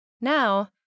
Now